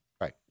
Right